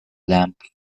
lamp